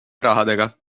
rahadega